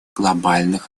глобальных